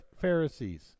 Pharisees